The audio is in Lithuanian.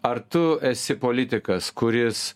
ar tu esi politikas kuris